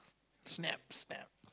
snap snap